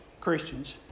Christians